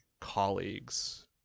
colleagues